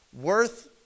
worth